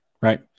right